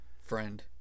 friend